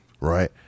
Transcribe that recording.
right